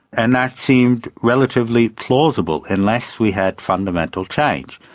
and that seemed relatively plausible unless we had fundamental change.